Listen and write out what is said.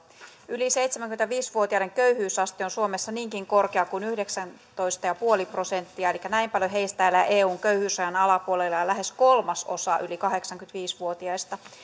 yli seitsemänkymmentäviisi vuotiaiden köyhyysaste on suomessa niinkin korkea kuin yhdeksäntoista pilkku viisi prosenttia elikkä näin paljon heistä elää eun köyhyysrajan alapuolella ja lähes kolmasosa yli kahdeksankymmentäviisi vuotiaista